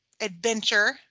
adventure